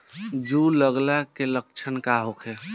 जूं लगे के का लक्षण का होखे?